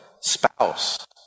spouse